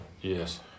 Yes